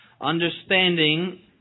understanding